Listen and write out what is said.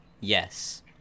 yes